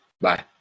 bye